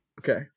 okay